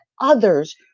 others